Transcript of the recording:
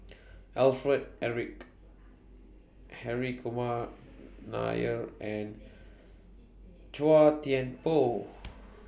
Alfred Eric Harry Kumar Nair and Chua Thian Poh